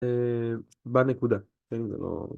בנקודה.